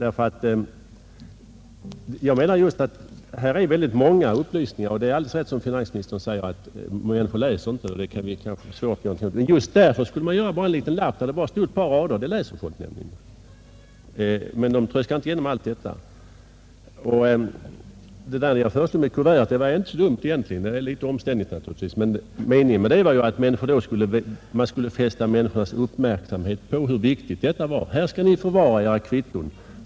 I broschyren finns väldigt många upplysningar, och det är alldeles rätt som finansministern säger att människor inte gärna läser sådana här instruktioner. Men just därför skulle denna upplysning om kontroll ges på en särskild liten lapp där det bara stod ett par rader. Sådant läser människor, men de tröskar inte igenom en hel broschyr. Mitt förslag om ett kuvert var egentligen inte så dumt, även om det naturligtvis skulle ha blivit litet omständligt. Meningen med det var att man skulle fästa människornas uppmärksamhet på hur viktigt detta var: Här skall ni förvara era kvitton.